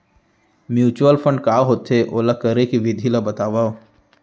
mutual fund का होथे, ओला करे के विधि ला बतावव